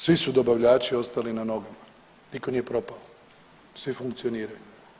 Svi su dobavljači ostali na nogama, nitko nije propao, svi funkcioniraju.